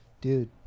Dude